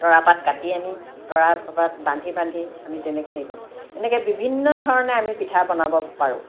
তৰাপাত কাটি আনি তৰাপাত বান্ধি বান্ধি আমি তেনেকে হেৰি কৰোঁ এনেকে বিভিন্ন ধৰণে আমি পিঠা বনাব পাৰোঁ